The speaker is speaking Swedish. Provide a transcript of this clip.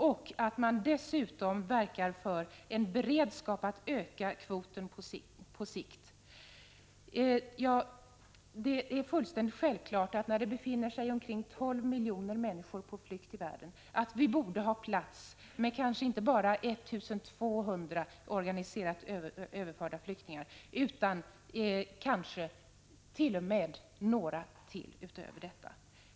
Dessutom bör man verka för en beredskap att öka kvoten på sikt. Det är fullständigt självklart när det befinner sig omkring 12 miljoner människor på flykt i världen att vi borde ha plats, inte bara för 1 200 organiserat överförda flyktingar, utan kanske t.o.m. några därutöver.